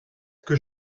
que